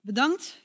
Bedankt